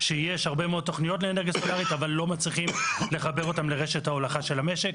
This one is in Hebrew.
שלא מצליחים לחבר אותם לרשת ההולכה של המשק.